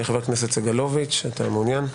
חבר הכנסת סגלוביץ', אתה מעוניין?